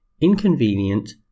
inconvenient